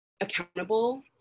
accountable